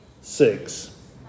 Six